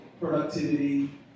productivity